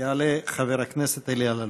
יעלה חבר הכנסת אלי אלאלוף.